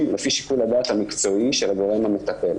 לפי שיקול הדעת המקצועי של הגורם המטפל.